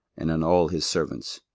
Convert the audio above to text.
and on all his servants,